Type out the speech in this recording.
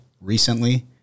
recently